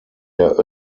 der